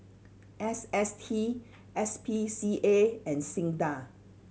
S S T S P C A and SINDA